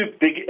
big